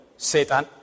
Satan